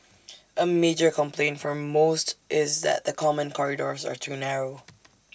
A major complaint for most is that the common corridors are too narrow